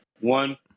One